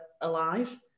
alive